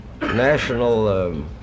national